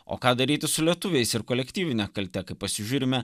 o ką daryti su lietuviais ir kolektyvine kalte kai pasižiūrime